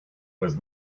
was